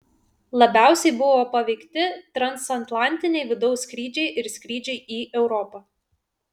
labiausiai buvo paveikti transatlantiniai vidaus skrydžiai ir skrydžiai į europą